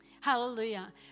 Hallelujah